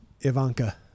Ivanka